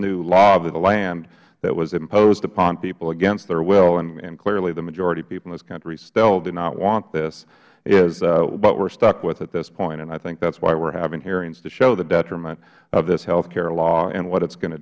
new law of the land that was imposed upon people against their will and clearly the majority of people in this country still do not want this is what we are stuck with at this point and i think that is why we are having hearings to show the detriment of this health care law and what it is going to